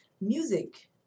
Music